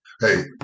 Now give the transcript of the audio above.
Hey